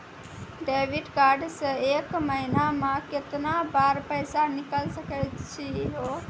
Debit card से एक महीना मा केतना बार पैसा निकल सकै छि हो?